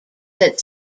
that